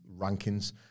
rankings